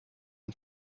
man